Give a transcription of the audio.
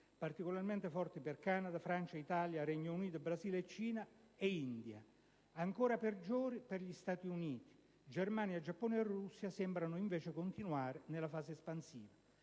particolarmente forti per Canada, Francia, Italia, Regno Unito, Brasile, Cina e India e ancora peggiori per gli Stati Uniti (Germania, Giappone e Russia sembrano invece continuare nella fase espansiva).